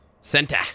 Center